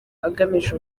agamije